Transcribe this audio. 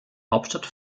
hauptstadt